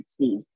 see